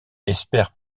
espèrent